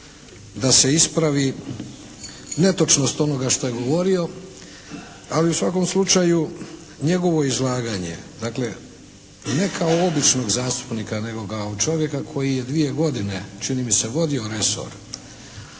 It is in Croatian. da se ispravi netočnost onoga što je govorio, ali u svakom slučaju njegovo izlaganje, dakle ne kao običnog zastupnika, nego kao čovjeka koji je dvije godine čini mi se vodio resor,